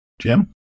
Jim